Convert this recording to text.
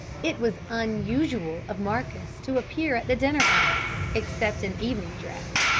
it was unusual of marcus to appear at the dinner hour, except in evening dress,